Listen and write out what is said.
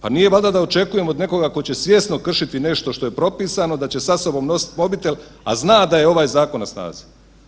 Pa nije valjda da očekujemo od nekoga tko će svjesno kršiti nešto što je propisano da će sa sobom nositi mobitel, a zna da je ovaj zakon na snazi.